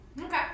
Okay